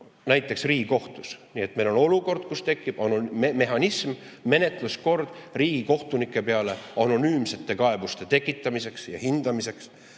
näiteks Riigikohtus. Nii et meil on olukord, kus tekib mehhanism, menetluskord riigikohtunike peale anonüümsete kaebuste tekitamiseks ja hindamiseks.